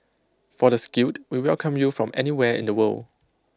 for the skilled we welcome you from anywhere in the world